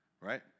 right